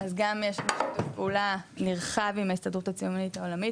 אז גם יש שיתוף פעולה נרחב עם ההסתדרות הציונית העולמית,